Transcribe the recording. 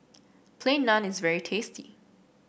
Plain Naan is very tasty